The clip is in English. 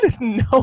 no